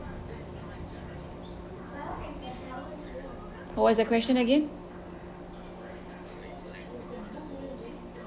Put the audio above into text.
what's the question again